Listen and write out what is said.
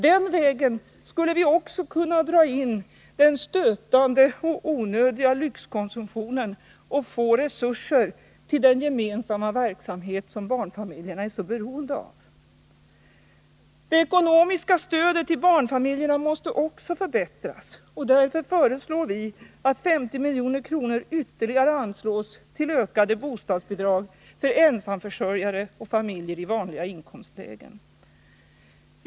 Den vägen skulle vi också kunna dra in den stötande och onödiga lyxkonsumtionen och få resurser till den gemensamma verksamhet som barnfamiljerna är så beroende av. Det ekonomiska stödet till barnfamiljerna måste också förbättras. Därför föreslår vi att 50 milj.kr. ytterligare anslås till ökade bostadsbidrag för ensamförsörjare och familjer i vanliga inkomstlägen.